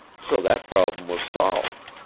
so that problem was solved.